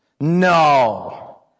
No